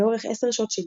לאורך 10 שעות שידור,